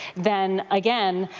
then again